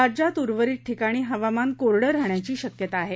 राज्यात उर्वरित ठिकाणी हवामान कोरडं राहण्याची शक्यता आहे